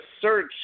search